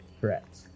Correct